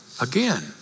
again